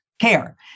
care